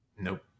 nope